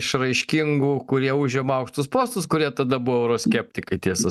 išraiškingų kurie užima aukštus postus kurie tada buvo euroskeptikai tiesa